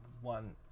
one